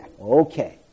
okay